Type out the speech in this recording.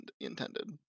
intended